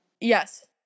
Yes